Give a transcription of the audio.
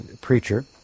preacher